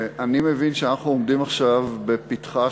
אני מבין שאנחנו עומדים עכשיו בפתחה